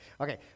Okay